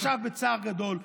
ישב בצער גדול.